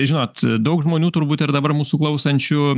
žinot daug žmonių turbūt ir dabar mūsų klausančių